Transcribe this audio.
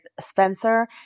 Spencer